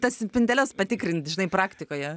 tas spinteles patikrint žinai praktikoje